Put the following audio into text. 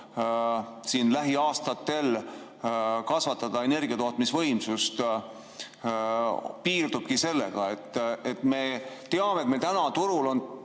lähiaastatel kasvatada energiatootmisvõimsust piirdubki sellega? Me teame, et meil täna turul on